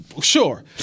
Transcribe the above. sure